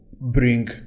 bring